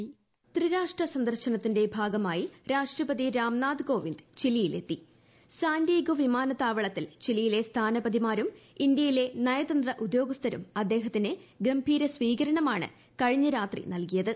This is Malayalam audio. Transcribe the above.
പ്രസിഡന്റ് ചിലി സന്ദർശനം ത്രിരാഷ്ട്ര സന്ദർശനത്തിട്ട് ഭാഗമായി രാഷ്ട്രപതി രാംനാഥ് കോവിന്ദ് ചിലിയിലെത്തിട് സാന്റെയിഗോ വിമാനത്താവളത്തിൽ ചിലിയിലെ സ്ഥാനപ്പതിമാരും ഇന്ത്യയിലെ നയതന്ത്ര ഉദ്യോഗസ്ഥരും അദ്ദേഹത്തിന് ഗംഭീര സ്വീകരണമാണ് കഴിഞ്ഞ രാത്രി നൽകിയത്